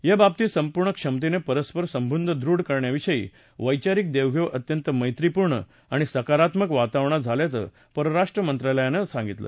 या बाबतीत संपूर्ण क्षमतेनं परस्पर संबंध दृढ करण्याविषयी वैचारिक देवघेव अत्यंत मैत्रीपूर्ण आणि सकारात्मक वातावरणात झाल्याचं परराष्ट्र मंत्रालयानं सांगितलं